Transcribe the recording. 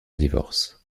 divorce